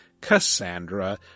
Cassandra